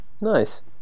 nice